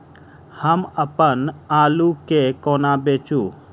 हम अप्पन आलु केँ कोना बेचू?